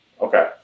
Okay